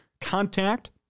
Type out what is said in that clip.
contact